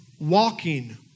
walking